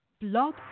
Blog